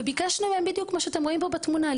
וביקשנו מהם בדיוק מה שאתם רואים פה בתמונה,